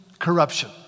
Corruption